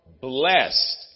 blessed